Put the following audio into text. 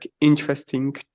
interesting